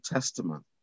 Testament